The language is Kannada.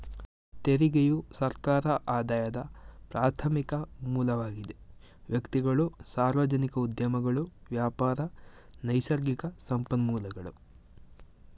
ತೆರಿಗೆಯು ಸರ್ಕಾರ ಆದಾಯದ ಪ್ರಾರ್ಥಮಿಕ ಮೂಲವಾಗಿದೆ ವ್ಯಕ್ತಿಗಳು, ಸಾರ್ವಜನಿಕ ಉದ್ಯಮಗಳು ವ್ಯಾಪಾರ, ನೈಸರ್ಗಿಕ ಸಂಪನ್ಮೂಲಗಳು